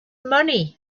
money